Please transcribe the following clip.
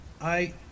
I